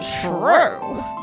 true